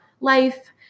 life